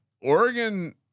Oregon